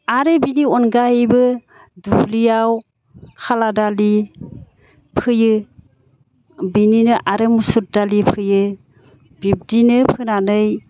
आरो बिनि अनगायैबो दुब्लियाव खाला दालि फोयो बिनिनो आरो मुसुर दालि फोयो बिबदिनो फोनानै